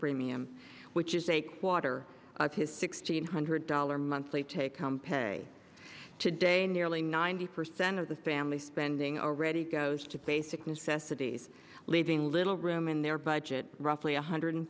premium which is a quarter of his sixteen hundred dollar monthly take home pay today nearly ninety percent of the family's spending already goes to basic necessities leaving little room in their budget roughly one hundred